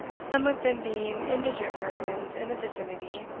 some of them being indigent persons in the vicinity,